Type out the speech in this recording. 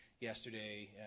Yesterday